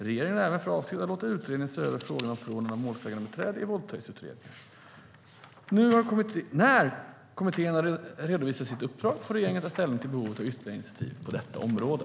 Regeringen har även för avsikt att låta utredningen se över frågan om förordnande av målsägandebiträde i våldtäktsutredningar. När kommittén har redovisat sitt uppdrag får regeringen ta ställning till behovet av ytterligare initiativ på detta område.